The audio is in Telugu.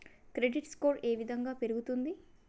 క్రెడిట్ స్కోర్ ఏ విధంగా పెరుగుతుంది?